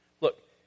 Look